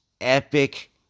epic